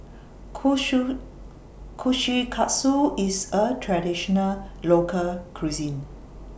Kushikatsu IS A Traditional Local Cuisine